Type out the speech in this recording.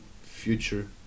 future